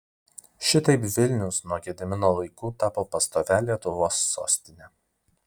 šitaip vilnius nuo gedimino laikų tapo pastovia lietuvos sostine